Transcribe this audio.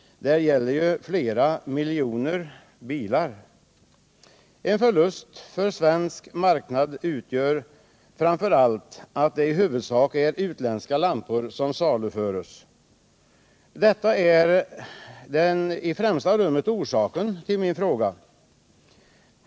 Det gäller ju flera miljoner bilar. En förlust för svensk marknad utgör framför allt att det i huvudsak är utländska lampor som saluförs. Detta är i främsta rummet orsaken till min fråga.